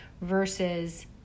versus